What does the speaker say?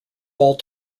ball